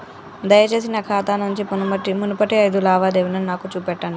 దయచేసి నా ఖాతా నుంచి మునుపటి ఐదు లావాదేవీలను నాకు చూపెట్టండి